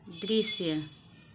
दृश्य